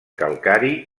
calcari